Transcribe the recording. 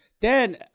Dan